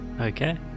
Okay